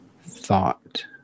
thought